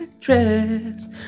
dress